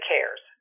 Cares